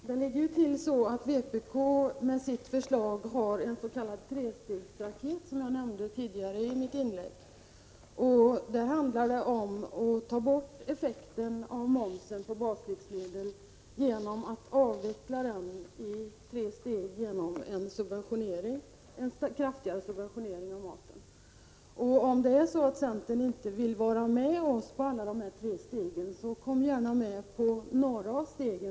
Herr talman! Ja, Marianne Andersson, det ligger till på det sättet att vpk:s förslag utgör ens.k. trestegsraket, som jag nämnde tidigare i mitt inlägg. Det handlar om att ta bort effekten av momsen på baslivsmedel, genom att avveckla den i tre steg med en kraftigare subventionering av maten. Om centern inte vill vara med oss på alla de tre stegen kan ni gärna vara med på några av dem.